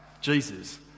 Jesus